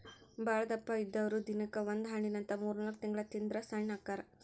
ಬಾಳದಪ್ಪ ಇದ್ದಾವ್ರು ದಿನಕ್ಕ ಒಂದ ಹಣ್ಣಿನಂತ ಮೂರ್ನಾಲ್ಕ ತಿಂಗಳ ತಿಂದ್ರ ಸಣ್ಣ ಅಕ್ಕಾರ